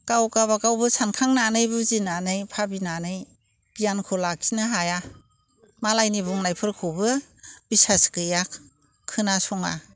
गाव गावबा गावबो सानखांनानै बुजिनानै भाबिनानै गियानखौ लाखिनो हाया मालायनि बुंनायफोरखौबो बिसास गैया खोनासङा